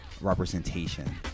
representation